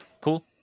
cool